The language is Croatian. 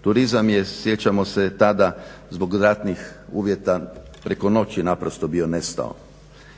Turizam je sjećamo se tada zbog ratnih uvjeta preko noći naprosto bio nestao.